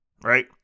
right